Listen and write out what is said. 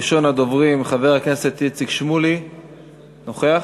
ראשון הדוברים, חבר הכנסת איציק שמולי, נוכח?